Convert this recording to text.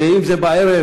ואם זה בערב,